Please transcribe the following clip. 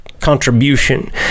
contribution